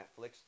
Netflix